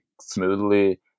smoothly